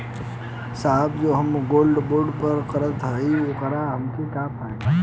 साहब जो हम गोल्ड बोंड हम करत हई त ओकर हमके का फायदा ह?